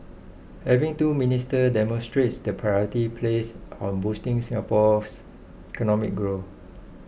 having two ministers demonstrates the priority placed on boosting Singapore's economic growth